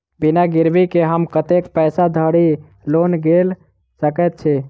बिना गिरबी केँ हम कतेक पैसा धरि लोन गेल सकैत छी?